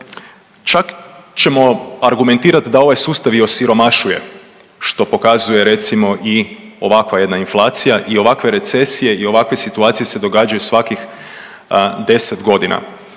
čak ćemo argumentirati da ovaj sustav i osiromašuje što pokazuje recimo i ovakva jedna inflacija i ovakve recesije i ovakve situacije se događaju svakih 10 godina.